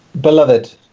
Beloved